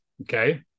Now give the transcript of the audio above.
okay